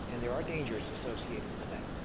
and there are dangers associated with that.